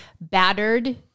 battered